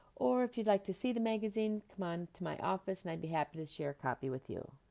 or if you'd like to see the magazine, come on to my office and i'd be happy to share a copy with you.